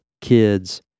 kids